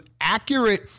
accurate